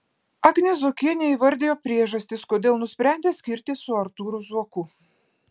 agnė zuokienė įvardijo priežastis kodėl nusprendė skirtis su artūru zuoku